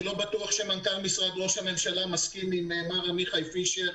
אני לא בטוח שמנכ"ל משרד ראש הממשלה מסכים עם מר עמיחי פישר.